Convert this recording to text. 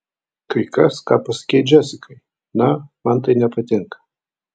kai kas ką pasakei džesikai na man tai nepatinka